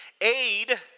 aid